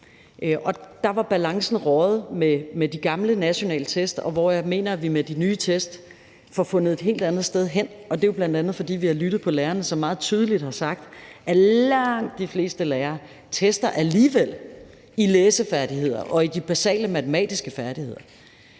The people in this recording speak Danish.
Der var balancen røget med de gamle nationale test, og jeg mener, at vi med de nye test får fundet et helt andet sted, og det er jo bl.a., fordi vi har lyttet til lærerne, som meget tydeligt har sagt, at langt de fleste lærere alligevel tester i læsefærdigheder og i de basale matematiske færdigheder.